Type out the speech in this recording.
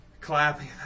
clapping